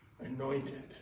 anointed